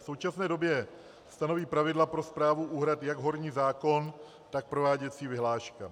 V současné době stanoví pravidla pro správu úhrad jak horní zákon, tak prováděcí vyhláška.